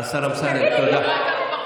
השר אמסלם, תודה.